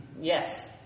Yes